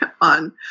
on